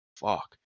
Fuck